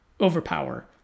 overpower